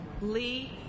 Lee